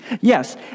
Yes